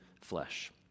flesh